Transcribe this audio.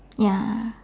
ya